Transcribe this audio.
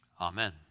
Amen